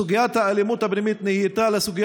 סוגיית האלימות הפנימית נהייתה הסוגיה